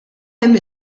hemm